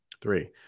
three